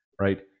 right